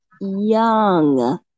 young